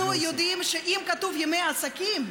אנחנו יודעים שאם כתוב ימי עסקים,